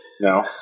No